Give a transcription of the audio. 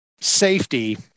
safety